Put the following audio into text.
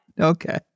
Okay